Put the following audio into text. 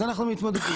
אז אנחנו מתמודדים.